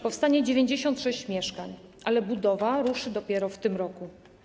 Powstanie 96 mieszkań, ale budowa ruszy dopiero w tym roku.